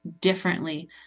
differently